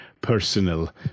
personal